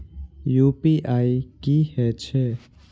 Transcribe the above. UPI की हेछे?